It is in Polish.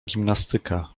gimnastyka